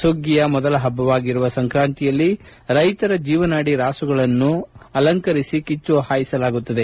ಸುಗ್ಗಿಯ ಮೊದಲ ಹಬ್ಬವಾಗಿರುವ ಸಂಕ್ರಾಂತಿಯಲ್ಲಿ ರೈತರ ಜೀವನಾಡಿ ರಾಸುಗಳನ್ನು ಅಲಂಕರಿಸಿ ಕೆಚ್ಚು ಹಾಯಿಸಲಾಗುತ್ತದೆ